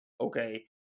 okay